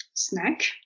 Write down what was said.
Snack